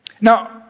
Now